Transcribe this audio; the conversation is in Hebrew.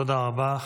תודה רבה.